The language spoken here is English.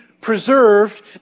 preserved